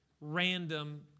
random